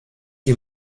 die